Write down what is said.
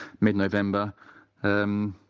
mid-November